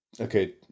Okay